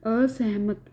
ਅਸਹਿਮਤ